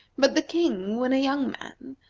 but the king, when a young man,